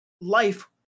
life